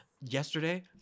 yesterday